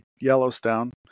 Yellowstone